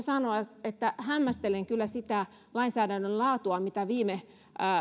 sanoa että hämmästelen kyllä sitä lainsäädännön laatua mitä viime